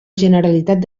generalitat